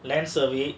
land survey